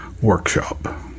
workshop